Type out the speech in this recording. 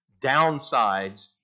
downsides